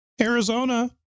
Arizona